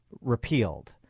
repealed